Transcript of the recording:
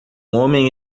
homem